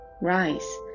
Rise